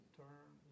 turn